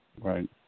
Right